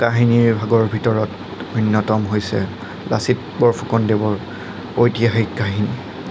কাহিনীভাগৰ ভিতৰত অন্যতম হৈছে লাচিত বৰফুকন দেৱৰ ঐতিহাসিক কাহিনী